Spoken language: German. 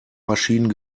maschinen